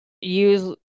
use